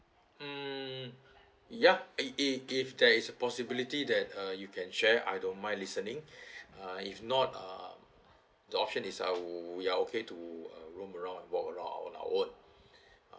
mm yup i~ i~ if there is a possibility that uh you can share I don't mind listening uh if not uh the option is ou~ we are okay to uh roam around walk around on our own